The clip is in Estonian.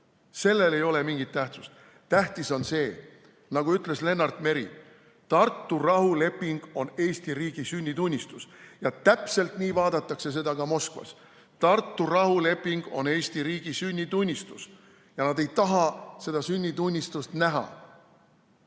Sellel ei ole mingit tähtsust. Tähtis on see, nagu ütles Lennart Meri, et Tartu rahuleping on Eesti riigi sünnitunnistus. Täpselt nii vaadatakse seda ka Moskvas. Tartu rahuleping on Eesti riigi sünnitunnistus. Ja nad ei taha seda sünnitunnistust näha,